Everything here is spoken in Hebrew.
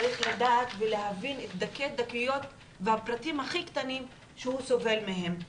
צריך לדעת ולהבין את הדקויות והפרטים הכי קטנים שהוא סובל מהם.